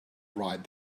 ride